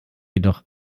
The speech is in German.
jedoch